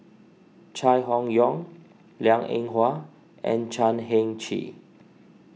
Chai Hon Yoong Liang Eng Hwa and Chan Heng Chee